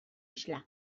isla